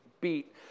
beat